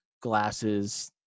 glasses